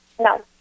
No